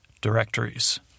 directories